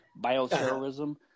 bioterrorism